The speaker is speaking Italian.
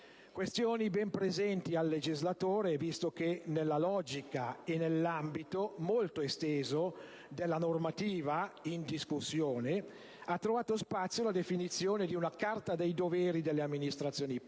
Questioni ben presenti al legislatore, visto che nella logica e nell'ambito, molto esteso, della normativa in discussione ha trovato spazio la definizione di una Carta dei doveri delle amministrazioni pubbliche